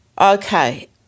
Okay